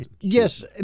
yes